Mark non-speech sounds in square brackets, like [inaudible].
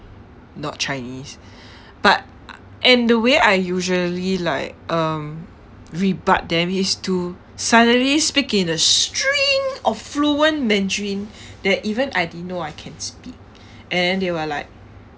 not chinese [breath] but I~ and the way I usually like um rebut them is to suddenly speak in a stream of fluent mandarin [breath] that even I didn't know I can speak and then they will like